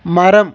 மரம்